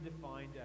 defined